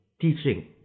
teaching